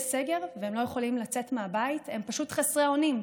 סגר והם לא יכולים לצאת מהבית הם פשוט חסרי אונים,